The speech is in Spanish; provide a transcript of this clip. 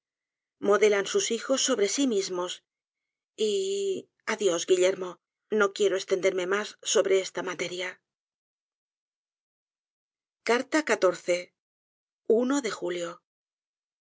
también modelan sus hijos sobre sí mismos y j adiós guillermo no quiero estenderme mas sobre esta materia a de julio